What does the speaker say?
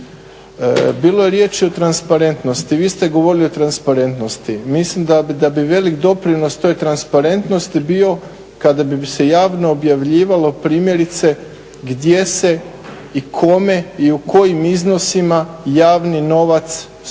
Bilo je riječi o transparentnosti, vi ste govorili o transparentnosti. Mislim da bi velik doprinos toj transparentnosti bio kada bi se javno objavljivalo primjerice gdje se i kome i u kojim iznosima javni novac